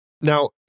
Now